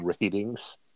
ratings